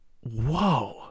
whoa